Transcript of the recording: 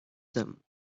them